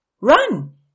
Run